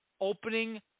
opening